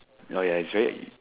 oh ya it's very